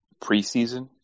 preseason